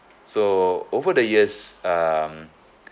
so over the years um